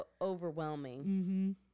overwhelming